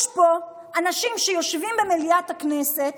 יש אנשים שיושבים במליאת הכנסת